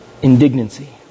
indignancy